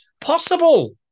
possible